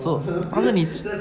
so 但是你 z~